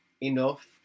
enough